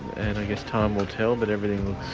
and i guess time will tell, but everything